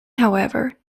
however